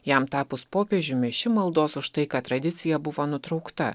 jam tapus popiežiumi ši maldos už taiką tradicija buvo nutraukta